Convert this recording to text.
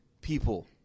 people